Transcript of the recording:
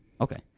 Okay